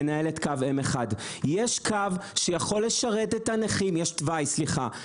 מנהלת קו M1. יש תוואי שיכול לשרת את הנכים עם